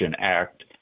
Act